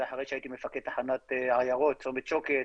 זה אחרי שהייתי מפקד תחנת עיירות, צומת שוקת,